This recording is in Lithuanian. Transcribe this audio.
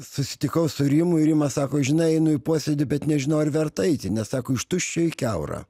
susitikau su rimui ir rimas sako žinai einu į posėdį bet nežinau ar verta eiti nes sako iš tuščio į kiaurą